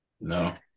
No